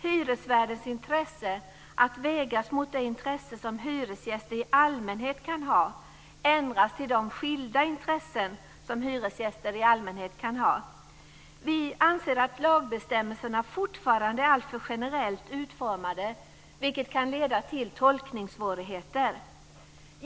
Hyresvärdens intresse att vägas mot "det intresse" som hyresgäster i allmänhet kan ha ändras till "de skilda intressen" som hyresgäster i allmänhet kan ha. Vi anser att lagbestämmelserna fortfarande är alltför generellt utformade, vilket kan leda till tolkningssvårigheter.